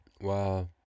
Wow